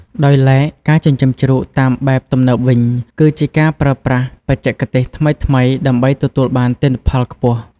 ដោយឡែក ការចិញ្ចឹមជ្រូកតាមបែបទំនើបវិញ គឺជាការប្រើប្រាស់បច្ចេកទេសថ្មីៗដើម្បីទទួលបានទិន្នផលខ្ពស់។